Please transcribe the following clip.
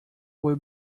will